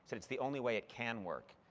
so it's the only way it can work.